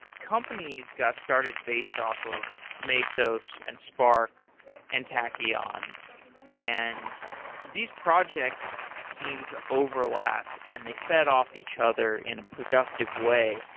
companies got started based off of mesos and spark and tachion, and these projects seem to overlap and they fed off each other in a productive way.